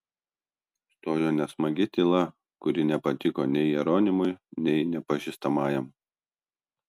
stojo nesmagi tyla kuri nepatiko nei jeronimui nei nepažįstamajam